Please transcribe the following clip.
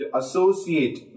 associate